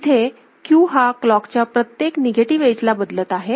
इथे Q हा clock च्या प्रत्येक निगेटिव्ह एज ला बदलत आहे